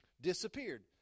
disappeared